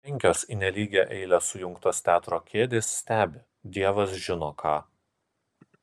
penkios į nelygią eilę sujungtos teatro kėdės stebi dievas žino ką